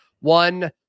one